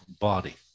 body